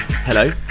Hello